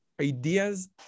ideas